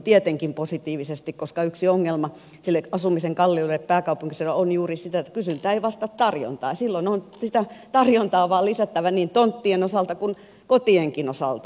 tietenkin positiivisesti koska yksi ongelma siinä asumisen kalleudessa pääkaupunkiseudulla on juuri siinä että kysyntä ei vastaa tarjontaa ja silloin on sitä tarjontaa vain lisättävä niin tonttien osalta kuin kotienkin osalta